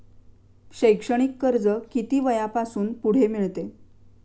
शैक्षणिक कर्ज किती वयापासून पुढे मिळते?